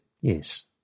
Yes